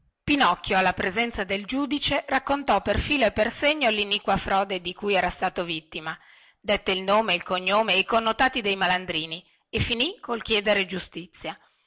pinocchio alla presenza del giudice raccontò per filo e per segno liniqua frode di cui era stato vittima dette il nome il cognome e i connotati dei malandrini e finì col chiedere giustizia